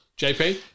JP